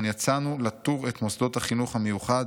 יצאנו לתור את מוסדות החינוך המיוחד,